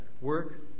work